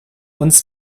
uns